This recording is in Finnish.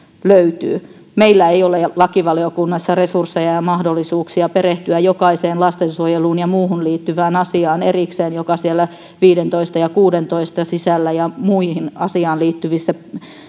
löytyy meillä ei ole lakivaliokunnassa resursseja ja mahdollisuuksia perehtyä erikseen jokaiseen lastensuojeluun ja muuhun liittyvään asiaan joka siellä viidentoista ja kuudentoista sisällä ja muihin asiaan liittyvissä